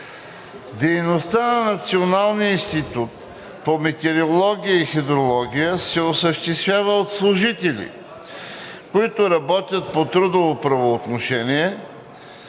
Дейността на Националния институт по метеорология и хидрология се осъществява от служители, които работят по трудово правоотношение,